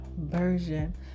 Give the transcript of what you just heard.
version